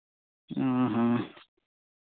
ᱚ ᱦᱚᱸ